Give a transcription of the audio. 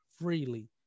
freely